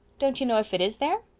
don't you know if it is there?